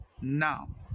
now